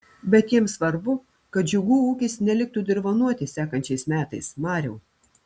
bet jiems svarbu kad džiugų ūkis neliktų dirvonuoti sekančiais metais mariau